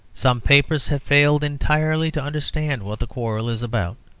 some papers have failed entirely to understand what the quarrel is about.